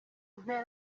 mpera